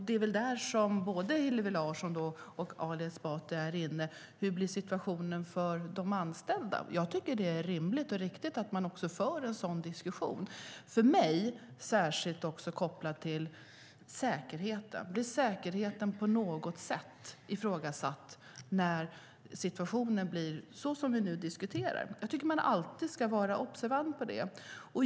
Det är väl det som både Hillevi Larsson och Ali Esbati är inne på. Hurdan blir situationen för de anställda? Jag tycker att det är rimligt och riktigt att man för en sådan diskussion. För mig är det särskilt kopplat till säkerheten. Jag tycker att man alltid ska vara observant på om säkerheten på något sätt ifrågasätts när det uppstår sådana situationer som vi nu diskuterar.